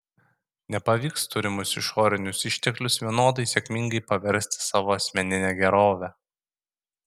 nepavyks turimus išorinius išteklius vienodai sėkmingai paversti savo asmenine gerove